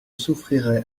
souffrirai